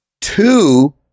Two